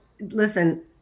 listen